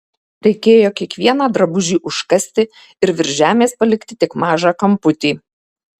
reikėjo kiekvieną drabužį užkasti ir virš žemės palikti tik mažą kamputį